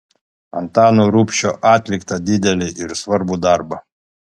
antano rubšio atliktą didelį ir svarbų darbą